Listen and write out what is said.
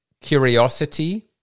curiosity